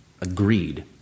agreed